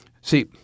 See